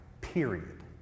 period